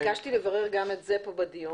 אני ביקשתי לברר גם את זה פה בדיון,